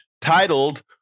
titled